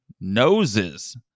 noses